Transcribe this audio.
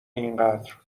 اینقدر